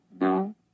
No